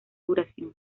duración